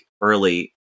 early